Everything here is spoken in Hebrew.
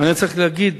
אבל אני צריך להגיד: